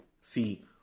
see